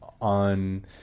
on